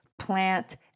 plant